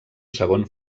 segon